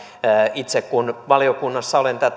itse kun valiokunnassa olen